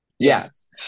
Yes